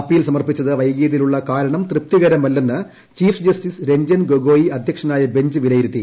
അപ്പിൽ സമർപ്പിച്ചത് വൈകിയതിലുള്ളൂ ക്കാരണം തൃപ്തികരമല്ലെന്ന് ചീഫ്ജസ്റ്റിസ് രജ്ജൻ ക്റൊഗോയി അദ്ധ്യക്ഷനായ ബഞ്ച് വിലയിരുത്തി